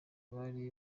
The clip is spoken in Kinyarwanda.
abari